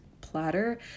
platter